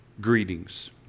Greetings